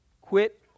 quit